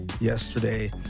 yesterday